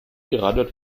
gerade